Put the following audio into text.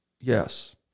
yes